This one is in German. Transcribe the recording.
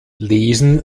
lesen